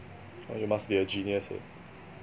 oh you must be a genius eh